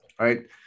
right